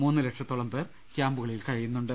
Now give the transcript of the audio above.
മൂന്ന് ലക്ഷത്തോളം പേർ ക്യാമ്പുക ളിൽ കഴിയുന്നുണ്ട്